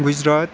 Gujarat